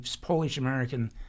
Polish-American